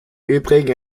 übrigen